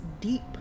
deep